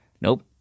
Nope